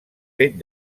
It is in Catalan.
fet